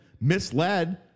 misled